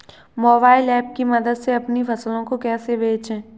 Mobile app की मदद से अपनी फसलों को कैसे बेचें?